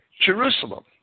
Jerusalem